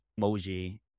emoji